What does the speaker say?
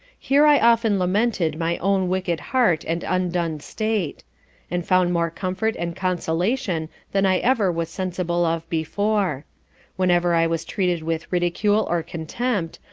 here i often lamented my own wicked heart, and undone state and found more comfort and consolation than i ever was sensible of before whenever i was treated with ridicule or contempt,